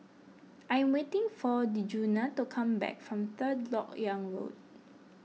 I am waiting for Djuna to come back from Third Lok Yang Road